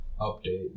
update